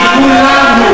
אתה לא ראוי לכבוד,